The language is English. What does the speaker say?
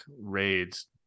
raids